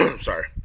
Sorry